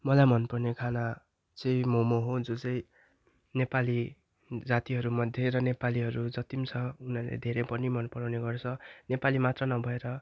मलाई मनपर्ने खाना चाहिँ मोमो हो जो चाहिँ नेपाली जातिहरूमध्ये र नेपालीहरू जति पनि छ उनीहरूले धेरै पनि मन पराउने गर्छ नेपाली मात्र नभएर